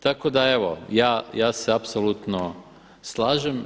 Tako da evo, ja se apsolutno slažem.